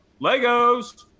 Legos